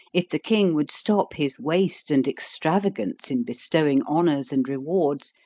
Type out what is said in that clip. if the king would stop his waste and extravagance in bestowing honors and rewards,